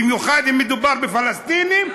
במיוחד אם מדובר בפלסטינים,